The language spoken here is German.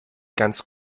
ganz